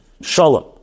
Shalom